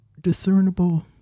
discernible